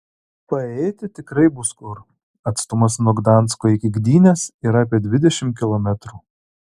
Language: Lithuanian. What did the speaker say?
paėjėti tikrai bus kur atstumas nuo gdansko iki gdynės yra apie dvidešimt kilometrų